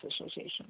association